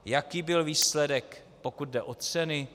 Jaký byl výsledek, pokud jde o ceny?